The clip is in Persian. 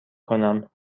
کنم